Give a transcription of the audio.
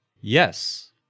Yes